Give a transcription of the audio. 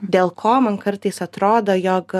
dėl ko man kartais atrodo jog